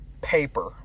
paper